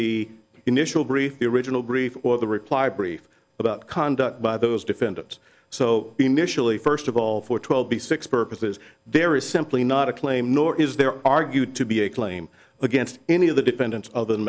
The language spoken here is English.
the initial brief the original brief or the reply brief about conduct by those defendants so initially first of all for twelve b six purposes there is simply not a claim nor is there argued to be a claim against any of the defendants other